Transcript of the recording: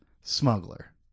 smuggler